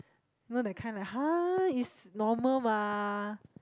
you know that kind like (huh) is normal mah